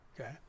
Okay